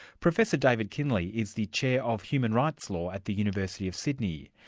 professor david kinley is the chair of human rights law at the university of sydney,